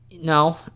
No